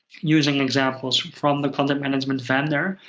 using examples from the content management vendor,